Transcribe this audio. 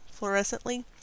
fluorescently